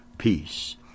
peace